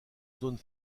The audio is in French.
zone